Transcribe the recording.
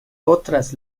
otras